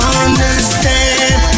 understand